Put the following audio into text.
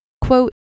Quote